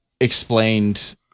explained